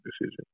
decision